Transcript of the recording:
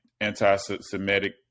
anti-Semitic